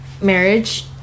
marriage